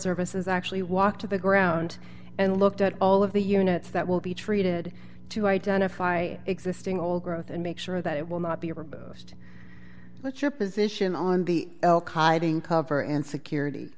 service is actually walked to the ground and looked at all of the units that will be treated to identify existing old growth and make sure that it will not be removed let your position on the cover and security